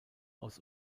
aus